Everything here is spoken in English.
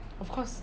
of course